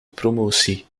promotie